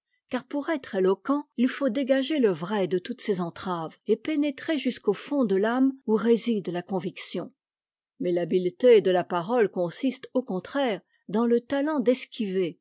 car pour être éloquent il faut dégager le vrai de toutes ses entraves et pénétrer jusqu'au fond de l'âme où réside la conviction mais l'habileté de la parole consiste au contraire dans le talent d'esquiver